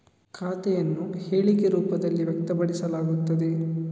ಖಾತೆಯನ್ನು ಹೇಳಿಕೆ ರೂಪದಲ್ಲಿ ವ್ಯಕ್ತಪಡಿಸಲಾಗುತ್ತದೆ